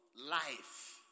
life